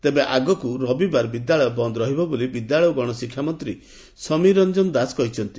ତେବେ ଆଗକୁ ରବିବାର ବିଦ୍ୟାଳୟ ବନ୍ଦ୍ ରହିବ ବୋଲି ବିଦ୍ୟାଳୟ ଓ ଗଣଶିକ୍ଷା ମନ୍ତୀ ସମୀର ରଞ୍ଞନ ଦାସ କହିଛନ୍ତି